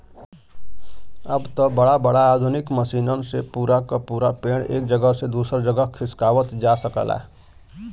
अब त बड़ा बड़ा आधुनिक मसीनन से पूरा क पूरा पेड़ एक जगह से दूसर जगह खिसकावत जा सकला